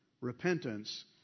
repentance